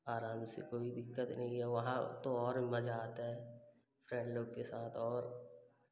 आराम से कोई दिक़्क़त नहीं है वहाँ तो और मज़ा आता है फ़्रेंड लोग के साथ और